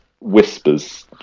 whispers